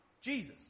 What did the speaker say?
Jesus